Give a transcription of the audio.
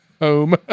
home